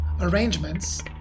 arrangements